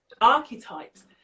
archetypes